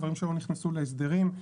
דברים שלא נכנסו להסדרים,